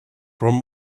from